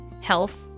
health